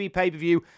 pay-per-view